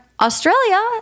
Australia